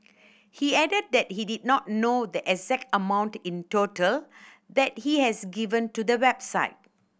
he added that he did not know the exact amount in total that he has given to the website